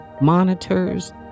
monitors